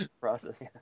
process